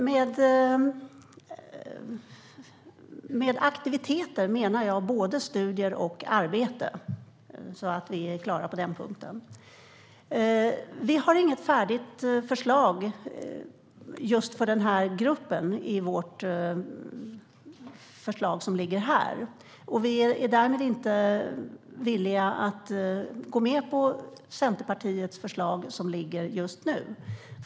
Herr talman! Med aktiviteter menar jag både studier och arbete - så att det är klart på den punkten. Vi har inget färdigt förslag just för den här gruppen i det förslag som ligger på bordet. Vi är därmed inte villiga att gå med på Centerpartiets förslag just nu.